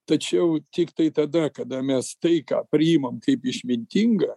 tačiau tiktai tada kada mes tai ką priimam kaip išmintingą